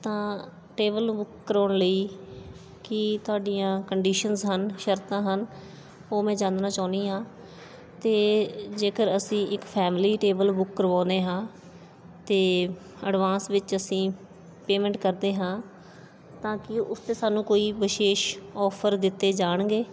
ਤਾਂ table book ਕਰਵਾਉਣ ਲਈ ਕੀ ਤੁਹਾਡੀਆਂ ਕੰਡੀਸ਼ਨਸ ਹਨ ਸ਼ਰਤਾਂ ਹਨ ਉਹ ਮੈਂ ਜਾਨਣਾ ਚਾਹੁੰਦੀ ਹਾਂ ਅਤੇ ਜੇਕਰ ਅਸੀਂ ਇੱਕ ਫੈਮਲੀ ਟੇਬਲ ਬੁੱਕ ਕਰਵਾਉਂਦੇ ਹਾਂ ਅਤੇ ਐਡਵਾਂਸ ਵਿੱਚ ਅਸੀਂ ਪੇਮੈਂਟ ਕਰਦੇ ਹਾਂ ਤਾਂ ਕੀ ਉਸ 'ਤੇ ਸਾਨੂੰ ਕੋਈ ਵਿਸ਼ੇਸ਼ ਆਫਰ ਦਿੱਤੇ ਜਾਣਗੇ